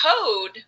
code